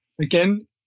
Again